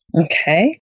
Okay